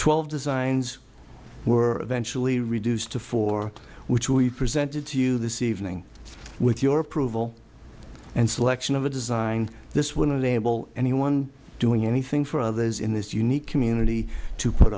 twelve designs were eventually reduced to four which we presented to you this evening with your approval and selection of a design this will enable anyone doing anything for others in this unique community to put